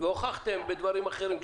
והוכחתם בדברים אחרים.